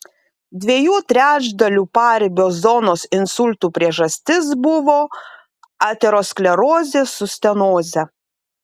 dviejų trečdalių paribio zonos insultų priežastis buvo aterosklerozė su stenoze